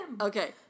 Okay